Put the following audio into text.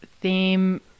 theme